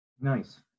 Nice